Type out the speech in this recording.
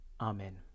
Amen